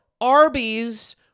Arby's